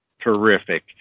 Terrific